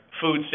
food